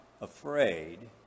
afraid